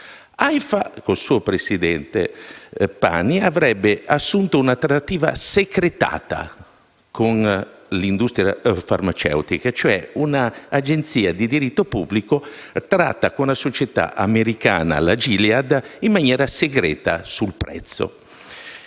L'AIFA, con il suo presidente Pani, avrebbe assunto una "trattativa secretata" con l'industria farmaceutica: in sostanza, un'agenzia di diritto pubblico tratta con una società americana, la Gilead, in maniera segreta sul prezzo